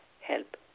help